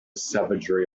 savagery